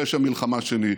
פשע מלחמה שני.